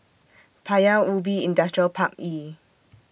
Paya Ubi Industrial Park E